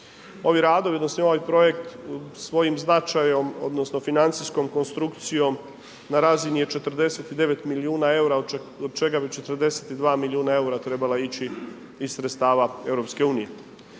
Ovi radovi, odnosno ovaj projekt svojim značajem, odnosno financijskom konstrukcijom na razini je 49 milijuna eura od čega bi 42 milijuna eura trebala ići iz sredstava EU.